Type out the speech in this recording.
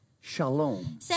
Shalom